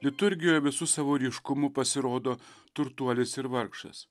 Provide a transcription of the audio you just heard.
liturgijoje visu savo ryškumu pasirodo turtuolis ir vargšas